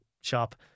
shop